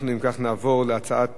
אם כך, אנחנו נעבור להצבעה על הצעת